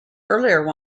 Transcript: earlier